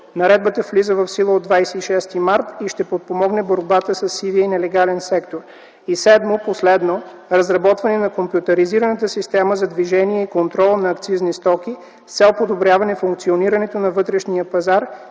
Наредбата влиза в сила от 26 март 2010 г. и ще подпомогне борбата със сивия и нелегален сектор. Седмо, последно - разработване на компютризираната система за движение и контрол на акцизни стоки с цел подобряване функционирането на вътрешния пазар